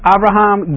Abraham